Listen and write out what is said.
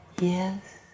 Yes